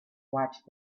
watched